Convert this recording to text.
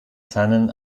keinen